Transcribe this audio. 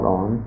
on